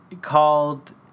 called